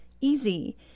easy